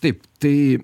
taip tai